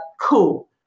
cool